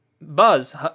buzz